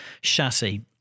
chassis